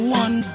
one